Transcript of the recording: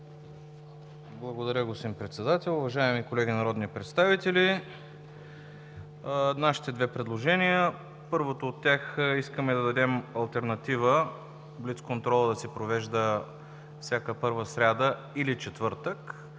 Благодаря, господин Председател. Уважаеми колеги народни представители, имаме две предложения. С първото искаме да дадем алтернатива блицконтролът да се провежда всяка първа сряда или четвъртък.